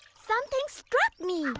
something struck me!